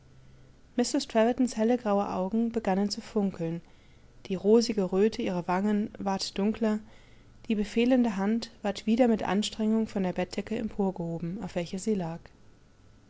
helle graue augen begannen zu funkeln die rosige röte ihrer wangen ward dunkler die befehlende hand ward wieder mit anstrengung von der bettdeckeemporgehoben aufwelchersielag ziehedenpfropfenausderflasche sagtesie